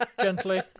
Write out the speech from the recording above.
Gently